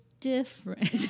different